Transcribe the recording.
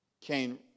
Cain